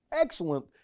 excellent